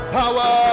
power